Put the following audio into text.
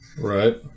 Right